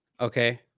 Okay